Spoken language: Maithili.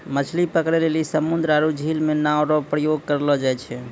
मछली पकड़ै लेली समुन्द्र आरु झील मे नांव रो उपयोग करलो जाय छै